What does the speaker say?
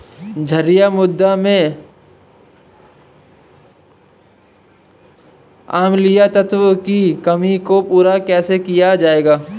क्षारीए मृदा में अम्लीय तत्वों की कमी को पूरा कैसे किया जाए?